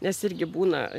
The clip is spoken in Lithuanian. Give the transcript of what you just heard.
nes irgi būna